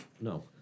No